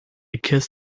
kiss